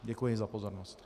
Děkuji za pozornost.